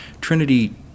Trinity